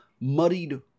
muddied